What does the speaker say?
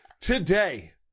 Today